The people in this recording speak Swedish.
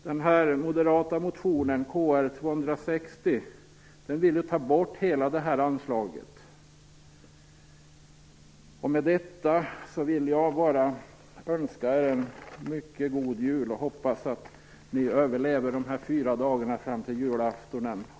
Moderaterna föreslår ju i motionen Kr260 att hela det här anslaget försvinner. Med detta vill jag bara önska er en mycket god jul och hoppas att ni överlever de fyra dagarna fram till julaftonen.